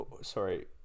sorry